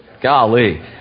Golly